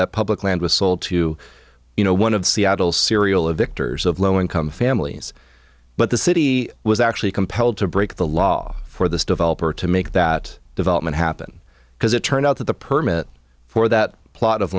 that public land was sold to you know one of seattle serial of victors of low income families but the city was actually compelled to break the law for the developer to make that development happen because it turned out that the permit for that plot of